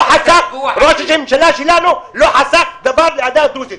ראש הממשלה שלנו לא חסך דבר מהעדה הדרוזית.